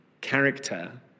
character